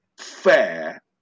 fair